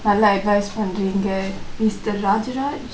நல்லா:nalla advice பன்னரிங்க :pannringka mister rajaraj